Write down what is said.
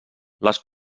les